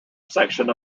section